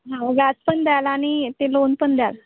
हां व्याज पण द्याल आणि ते लोन पण द्याल